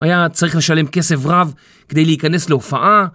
היה צריך לשלם כסף רב כדי להיכנס להופעה